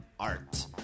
art